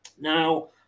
Now